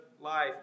life